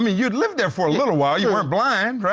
um you'd lived there for a little while, you weren't blind.